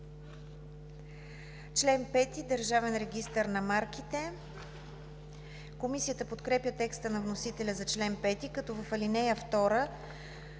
„Член 5 – Държавен регистър на марките“. Комисията подкрепя текста на вносителя за чл. 5, като в ал. 2: